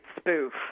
spoof